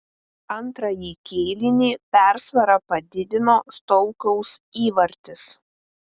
antrąjį kėlinį persvarą padidino stoukaus įvartis